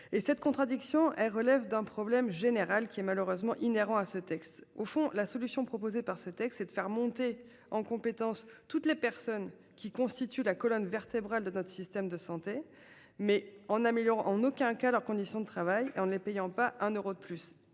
cette contradiction, elle relève d'un problème général qui est malheureusement inhérents à ce texte au fond la solution proposée par ce texte, c'est de faire monter en compétences. Toutes les personnes qui constituent la colonne vertébrale de notre système de santé, mais en améliorant en aucun cas leurs conditions de travail et en les payant pas un euro de plus